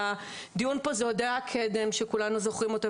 הדיון פה זה הודיה קדם שכולנו זוכרים אותה